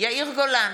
יאיר גולן,